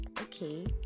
Okay